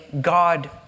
God